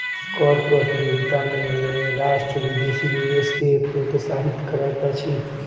कर प्रतियोगिता में राष्ट्र विदेशी निवेश के प्रोत्साहित करैत अछि